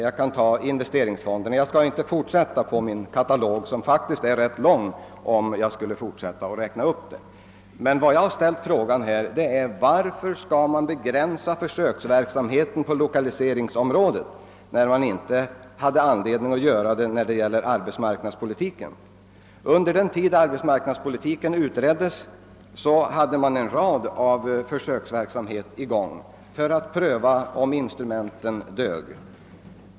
Jag skall dock inte villfara hr Skoglunds önskan att räkna upp exempel ur min katalog, som faktiskt är rätt lång. Jag har ställt frågan, varför man skall begränsa försöksverksamheten på lokaliseringsområdet, när man inte har funnit anledning att utveckla den beträffande arbetsmarknadspolitiken. Under den tid arbetsmarknadspolitiken utreddes bedrev man försöksverksamhet på en rad områden för att pröva, om instrumenten dög.